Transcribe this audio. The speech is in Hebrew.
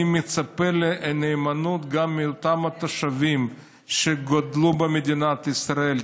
אני מצפה לנאמנות גם מאותם תושבים שגדלו במדינת ישראל,